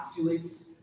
encapsulates